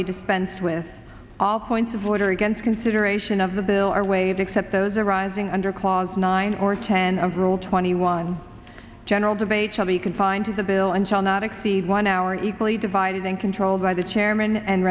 be dispensed with all points of order against consideration of the bill are waived except those arising under clause nine or ten of rule twenty one general debate shall be confined to the bill and shall not exceed one hour equally divided and controlled by the chairman and